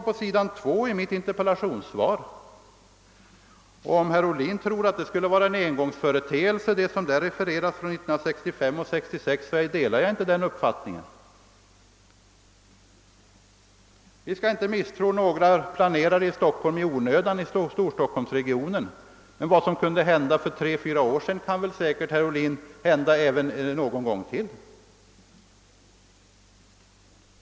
På s. 2 i mitt interpellationssvar står detta. Om herr Ohlin tror att det som där refereras från 1965 och 1966 skulle vara en engångsföreteelse, delar jag inte denna uppfattning. Vi skall inte misstro några planerare i Storstockholmsregionen i onödan, men vad som kunde hända för tre fyra år sedan, herr Ohlin, kan hända någon gång till.